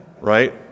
right